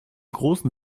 großen